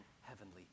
heavenly